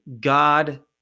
God